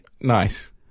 Nice